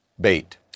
bait